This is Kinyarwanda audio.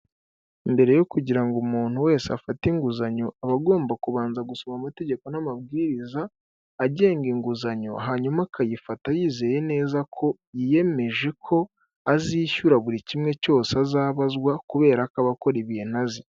Mbere yo kugira ngo umuntu wese afate inguzanyo, aba agomba kubanza gusoma amategeko n'amabwiriza agenga inguzanyo hanyuma akayifata yizeye neza ko yiyemeje ko azishyura buri kimwe cyose azabazwa, kubera ko aba akora ibintu azi.